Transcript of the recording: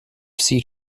sea